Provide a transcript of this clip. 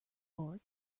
floor